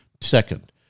Second